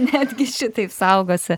netgi šitaip saugosi